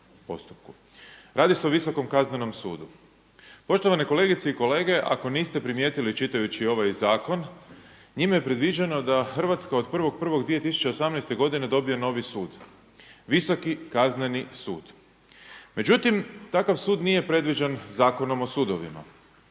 postupku. Radi se o Visokom kaznenom sudu. Poštovane kolegice i kolege, ako niste primijetili čitajući ovaj zakon njime je predviđeno da Hrvatska od 1.1.2018. godine dobije novi sud, Visoki kazneni sud. Međutim, takav sud nije predviđen Zakonom o sudovima.